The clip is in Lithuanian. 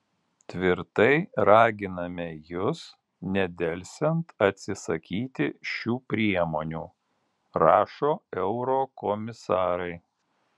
tvirtai raginame jus nedelsiant atsisakyti šių priemonių rašo eurokomisarai